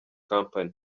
company